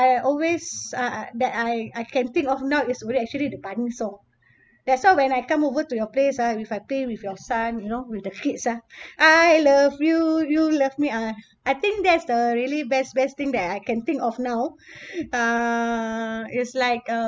I always uh that I I can think of now is actually the bunny song that's why when I come over to your place ah if I play with your son you know with the kids ah I love you you love me I I think that's the really best best thing that I can think of now uh it's like a